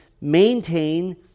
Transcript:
maintain